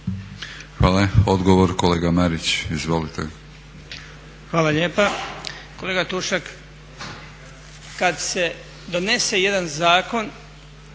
Hvala. Odgovor kolega Marić, izvolite. **Marić, Goran (HDZ)** Hvala lijepa. Kolega Tušak, kada se donese jedan zakon